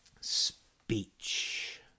speech